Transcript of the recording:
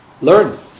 Learn